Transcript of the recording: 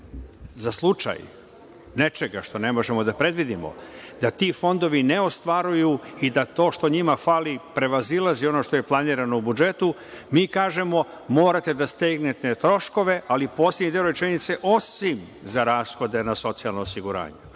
za slučaj nečega što ne možemo da predvidimo, da ti fondovi ne ostvaruju i da to što njima fali prevazilazi ono što je planirano u budžetu. Mi kažemo – morate da stegnete troškove, ali u poslednjem delu rečenice – osim za rashode na socijalno osiguranje. Mi